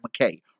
McKay